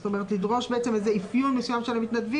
זאת אומרת לדרוש אפיון מסוים של המתנדבים